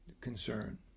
concern